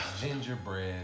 gingerbread